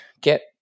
get